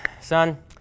son